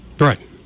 right